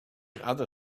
other